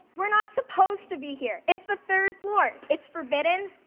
we're not supposed to be here. it's the third floor. it's forbidden.